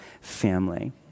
family